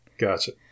Gotcha